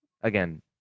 Again